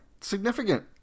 Significant